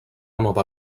nova